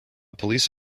police